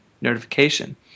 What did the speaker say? notification –